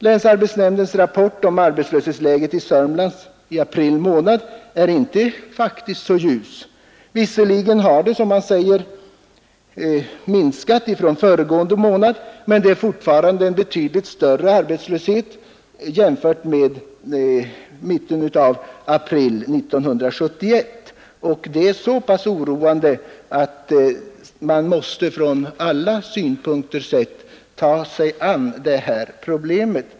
Länsarbetsnämndens rapport om arbetslöshetsläget i Södermanland i april är faktiskt inte särskilt ljus. Visserligen har, som det anförts, antalet arbetslösa minskat sedan föregående månad, men det är fortfarande betydligt högre än i mitten av april 1971. Detta är så oroande att man måste angripa det här problemet från olika utgångspunkter.